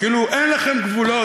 כאילו, אין לכם גבולות?